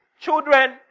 children